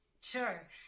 Sure